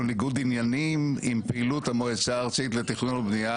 ניגוד עניינים עם פעילות המועצה הארצית לתכנון ובנייה.